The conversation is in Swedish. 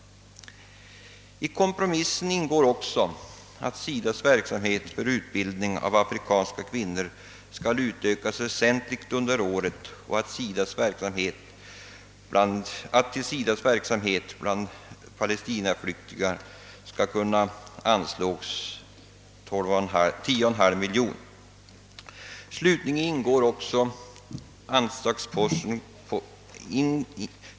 I kompromissen ingår också att SIDA:s verksamhet för utbildning av afrikanska kvinnor skall utökas väsentligt under året och att det till SIDA:s verksamhet bland palestinaflyktingar skall kunna anslås 10,5 miljoner kronor.